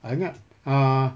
ayah ingat ah